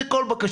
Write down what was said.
זו כל בקשתי.